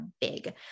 big